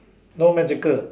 no magical